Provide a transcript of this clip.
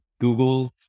Google